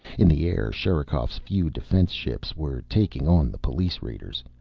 in the air, sherikov's few defense ships were taking on the police raiders.